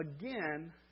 again